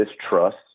distrust